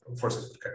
forces